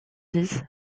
dix